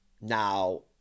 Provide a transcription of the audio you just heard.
Now